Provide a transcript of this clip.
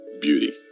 beauty